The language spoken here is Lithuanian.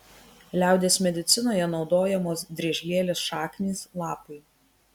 liaudies medicinoje naudojamos driežlielės šaknys lapai